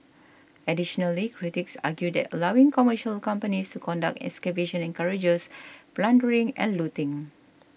additionally critics argued that allowing commercial companies to conduct excavations encourages plundering and looting